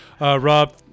Rob